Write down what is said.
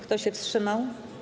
Kto się wstrzymał?